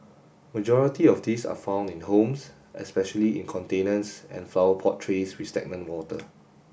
majority of these are found in homes especially in containers and flower pot trays with stagnant water